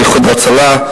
"איחוד הצלה",